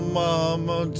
mama